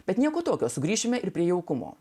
bet nieko tokio sugrįšime ir prie jaukumo